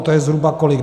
To je zhruba kolik?